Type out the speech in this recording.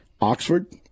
Oxford